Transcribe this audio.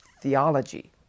theology